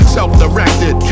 Self-directed